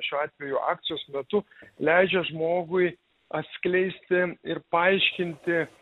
šiuo atveju akcijos metu leidžia žmogui atskleisti ir paaiškinti